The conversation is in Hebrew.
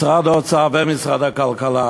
משרד האוצר ומשרד הכלכלה